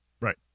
Right